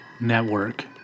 network